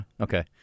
Okay